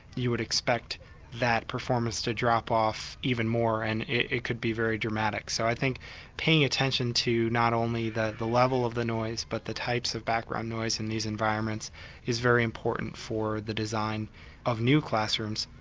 you would expect that performance to drop off even more and it could be very dramatic. so i think paying attention to not only the the level of the noise but the types of background noise in these environments is very important for the design of new classrooms,